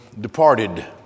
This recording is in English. departed